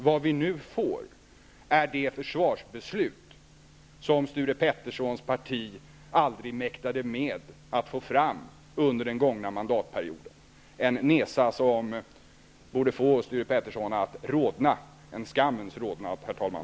Vad vi nu får är det försvarsbeslut som Sture Ericsons parti aldrig mäktade med att få fram under den gångna mandatperioden -- en nesa som borde få Sture Ericson att rodna, en skammens rodnad, herr talman!